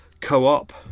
co-op